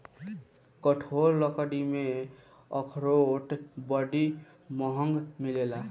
कठोर लकड़ी में अखरोट बड़ी महँग मिलेला